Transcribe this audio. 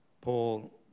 Paul